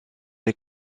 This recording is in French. les